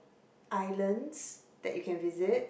islands that you can visit